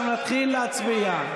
אנחנו נתחיל להצביע.